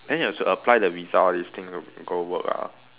then you have to apply the Visa all this thing to go work lah